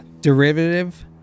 derivative